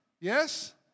Yes